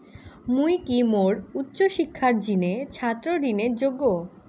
মুই কি মোর উচ্চ শিক্ষার জিনে ছাত্র ঋণের যোগ্য?